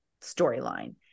storyline